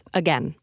again